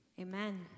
Amen